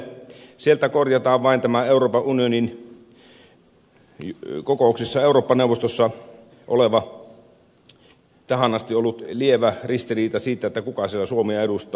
sieltä korjataan vain tämä euroopan unionin kokouksissa eurooppa neuvostossa tähän asti ollut lievä ristiriita siitä kuka siellä suomea edustaa